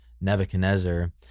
Nebuchadnezzar